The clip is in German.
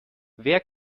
wer